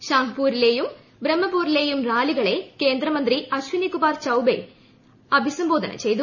ഷാഹ്പുറിലെയും ബ്രഹ്മപുറിലെയും റാലികളെ കേന്ദ്രമന്ത്രി അശ്ചിനികുമാർ ചൌബേ അഭിസംബോധന ചെയ്തു